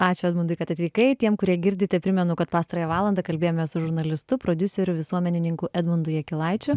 ačiū edmundai kad atvykai tiem kurie girdite primenu kad pastarąją valandą kalbėjome su žurnalistu prodiuseriu visuomenininku edmundu jakilaičiu